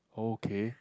okay